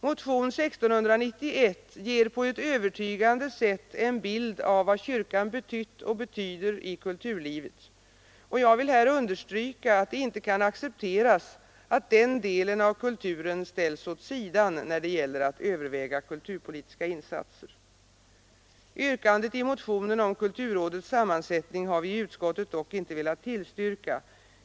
Motionen 1691 ger på ett övertygande sätt en bild av vad kyrkan betytt och betyder i kulturlivet, och jag vill här understryka att det inte kan accepteras att denna del av kulturen ställs åt sidan då det gäller att överväga kulturpolitiska insatser. Motionens yrkande om kulturrådets sammansättning har vi i utskottet dock inte velat tillstyrka.